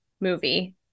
movie